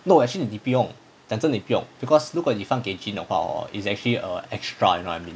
no actually 你不用讲真的你不用 because 如果你放给 jean 的话 hor it's actually a extra you know what I mean